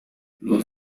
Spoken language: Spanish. los